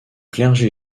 clergé